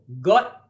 God